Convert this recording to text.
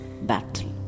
battle